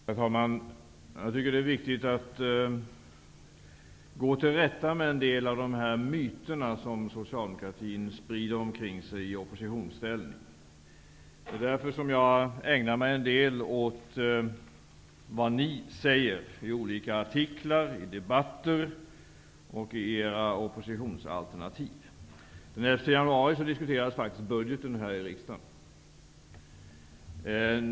Herr talman! Jag tycker att det är viktigt att gå till rätta med en del av de myter som socialdemokratin sprider omkring sig i oppositionsställning. Det är därför som jag ägnar mig en del åt vad Socialdemokraterna säger i artiklar, i debatter och i sina oppositionsalternativ. Den 11 januari diskuterades faktiskt statsbudgeten här i riksdagen.